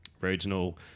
regional